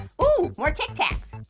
oh! more tic tacs.